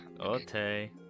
Okay